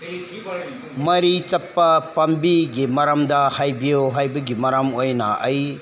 ꯃꯔꯤ ꯆꯠꯄ ꯄꯥꯝꯕꯤꯒꯤ ꯃꯔꯝꯗ ꯍꯥꯏꯕꯤꯌꯣ ꯍꯥꯏꯕꯒꯤ ꯃꯔꯝ ꯑꯣꯏꯅ ꯑꯩ